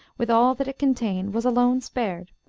with all that it contained, was alone spared,